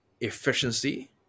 efficiency